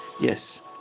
yes